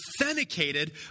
authenticated